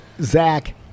Zach